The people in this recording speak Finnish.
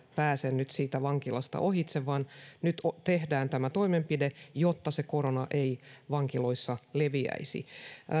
nyt pääse siitä vankilasta ohitse vaan nyt tehdään tämä toimenpide jotta korona ei vankiloissa leviäisi